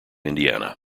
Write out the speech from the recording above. indiana